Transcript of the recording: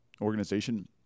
organization